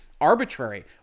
arbitrary